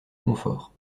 confort